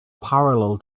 parallel